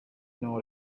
know